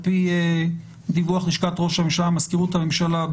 על פי דיווח לשכת ראש הממשלה ומזכירות הממשלה,